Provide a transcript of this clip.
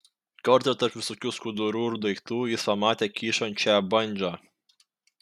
kartą tarp visokių skudurų ir daiktų jis pamatė kyšančią bandžą